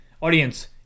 audience